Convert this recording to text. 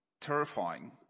terrifying